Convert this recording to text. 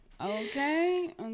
okay